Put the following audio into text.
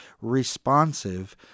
responsive